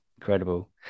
Incredible